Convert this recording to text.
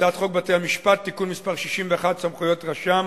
1. הצעת חוק בתי-המשפט (תיקון מס' 61) (סמכויות רשם),